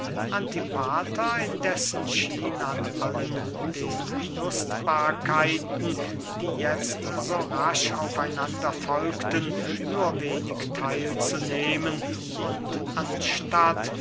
antipater indessen schien an allen den lustbarkeiten die jetzt so rasch auf einander folgten nur wenig theil zu nehmen und anstatt